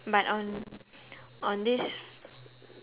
but on on this